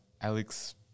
Alex